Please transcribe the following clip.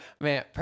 man